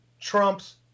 trumps